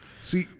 See